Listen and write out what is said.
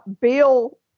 bill